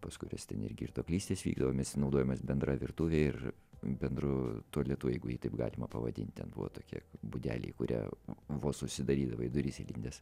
pas kuriuos ten ir girtuoklystės vykdavo mes ten naudojomės bendra virtuve ir bendru tualetu jeigu jį taip galima pavadinti ten buvo tokia būdelė į kurią vos užsidarydavai duris įlindęs